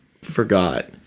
forgot